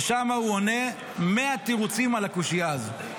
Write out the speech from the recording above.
ששם הוא עונה 100 תירוצים על הקושיה הזאת.